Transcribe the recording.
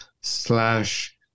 slash